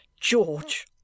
George